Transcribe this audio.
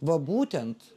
va būtent